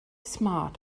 smart